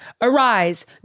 arise